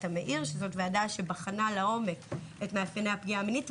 המאיר שבחנה לעומק את מאפייני הפגיעה המינית,